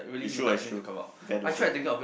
it's true ah it's true Van also lah